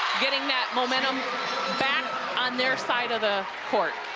getting that momentum back on their side of the court.